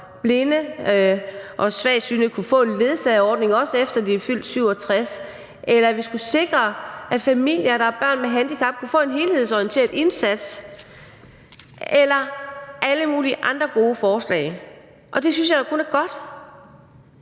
blinde og svagsynede kunne få en ledsagerordning, også efter de er fyldt 67 år, eller om det har været, at vi skulle sikre, at familier, der har børn med handicap, kunne få en helhedsorienteret indsats, eller alle mulige andre gode lovforslag. Det synes jeg da kun er godt.